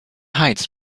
heights